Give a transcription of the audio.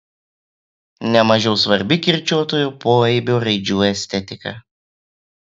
ne mažiau svarbi kirčiuotojo poaibio raidžių estetika